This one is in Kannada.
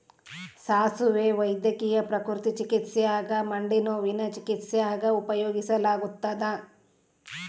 ಸಾಸುವೆ ವೈದ್ಯಕೀಯ ಪ್ರಕೃತಿ ಚಿಕಿತ್ಸ್ಯಾಗ ಮಂಡಿನೋವಿನ ಚಿಕಿತ್ಸ್ಯಾಗ ಉಪಯೋಗಿಸಲಾಗತ್ತದ